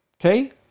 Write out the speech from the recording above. Okay